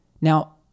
Now